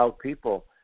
people